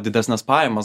didesnes pajamas